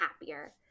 happier